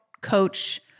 coach